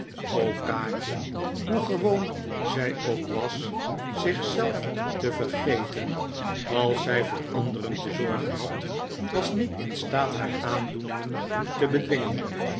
ook kaatje hoe gewoon zij ook was zich zelf te vergeten als zij voor anderen te zorgen had was niet in staat haar aandoeningen te bedwingen